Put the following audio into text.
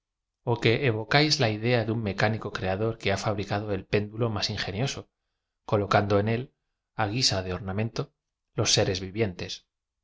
que evocáis la idea de uo mecánico creador que ha fabricado el péndulo más ingenioso colocando en él á guisa de ornamento los seres vivientes